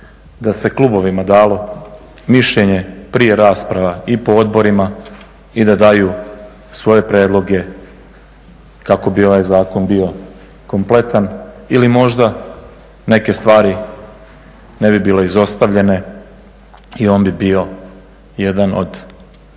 da se klubovima dalo mišljenje prije rasprava i po odborima i da daju svoje prijedloge kako bi ovaj zakon bio kompletan ili možda neke stvari ne bi bile izostavljene i on bi bio jedan od savršenih